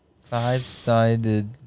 Five-sided